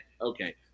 okay